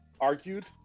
argued